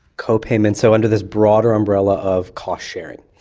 copayments, so under this broader umbrella of cost sharing.